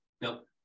Nope